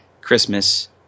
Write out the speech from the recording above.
Christmas